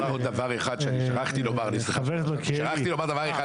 שכחתי לומר דבר אחד.